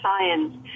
science